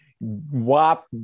wop